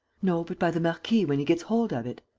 no, but by the marquis, when he gets hold of it.